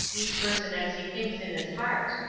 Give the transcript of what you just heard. each person as he thinks in his heart.